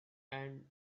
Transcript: and